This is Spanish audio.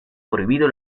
prohibido